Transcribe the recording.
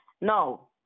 No